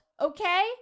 okay